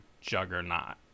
juggernaut